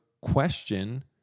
question